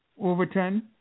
Overton